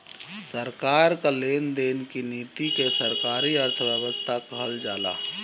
सरकार कअ लेन देन की नीति के सरकारी अर्थव्यवस्था कहल जाला